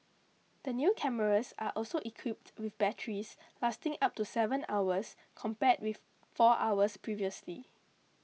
the new cameras are also equipped with batteries lasting up to seven hours compared with four hours previously